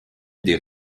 des